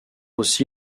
aussi